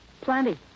Plenty